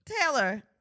Taylor